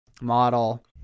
model